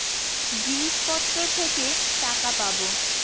জিনিসপত্র থেকে টাকা পাবো